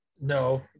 No